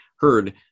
heard